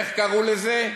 איך קראו לזה,